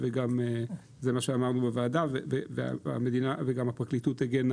זה גם מה שאמרנו בוועדה והפרקליטות הגנה